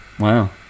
Wow